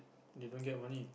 they don't get money